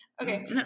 Okay